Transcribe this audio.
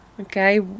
okay